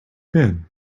been